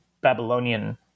babylonian